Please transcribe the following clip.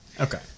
Okay